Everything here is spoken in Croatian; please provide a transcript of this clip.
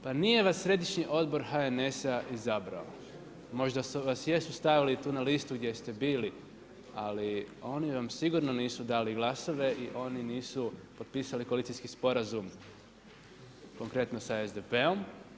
Pa nije vas središnji odbor HNS-a izabrao, možda vas jesu stavili tu na listu gdje ste bili, ali oni vam sigurno nisu dali glasove i oni nisu potpisali koalicijski sporazum, konkretno sa SDP-om.